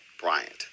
Bryant